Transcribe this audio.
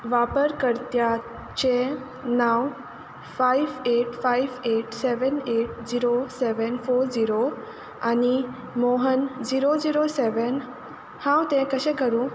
वापरकर्त्याचें नांव five eight five eight seven eight zero seven four zero आनी Mohan zero zero seven हांव तें कशें करूं